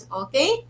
okay